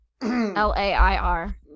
L-A-I-R